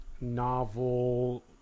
novel